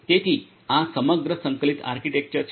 તેથી આ આ સમગ્ર સંકલિત આર્કિટેક્ચર છે